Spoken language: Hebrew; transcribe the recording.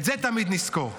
את זה תמיד נזכור.